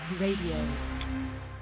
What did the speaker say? Radio